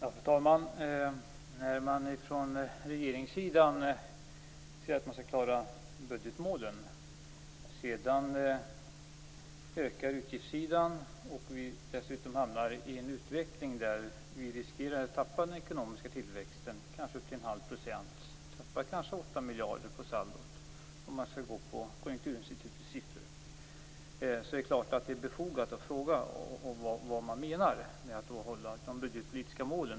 Fru talman! Man säger från regeringssidan att man skall klara budgetmålen. När då utgiftssidan ökar och vi dessutom hamnar i en utveckling där vi riskerar att tappa ekonomisk tillväxt, kanske upp till 0,5 %- kanske 8 miljarder på saldot, enligt Konjunkturinstitutets siffror - är det klart att det är befogat att fråga vad man menar med att hålla de budgetpolitiska målen.